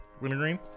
wintergreen